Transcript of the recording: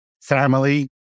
Family